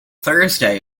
thursday